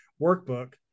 workbook